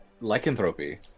Lycanthropy